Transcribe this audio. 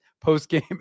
post-game